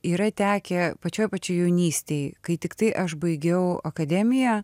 yra tekę pačioj pačioj jaunystėj kai tiktai aš baigiau akademiją